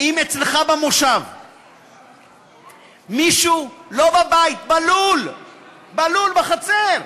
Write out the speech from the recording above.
אם אצלך במושב מישהו, לא בבית, בלול, בחצר,